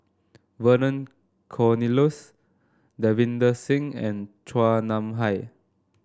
Vernon Cornelius Davinder Singh and Chua Nam Hai